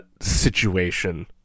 situation